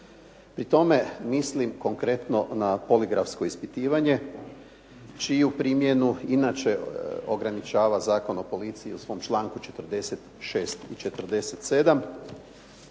Pri tome mislim konkretno na poligrafsko ispitivanje, čiju primjenu inače ograničava Zakon o policiji u svom članku 46. i 47.